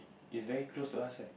it's very close to us right